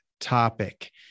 topic